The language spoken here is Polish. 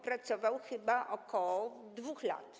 pracował chyba ok. 2 lat.